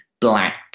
black